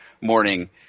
morning